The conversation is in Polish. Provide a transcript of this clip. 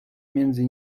między